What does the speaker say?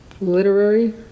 literary